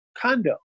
Condo